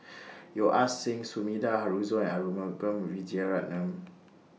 Yeo Ah Seng Sumida Haruzo Arumugam Vijiaratnam